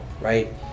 right